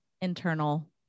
internal